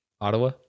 Ottawa